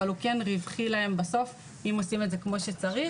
אבל הוא כן רווחי להם בסוף אם עושים את זה כמו שצריך.